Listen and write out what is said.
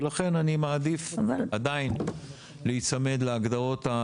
ולכן אני מעדיף עדיין להיצמד להגדרות.